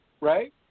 right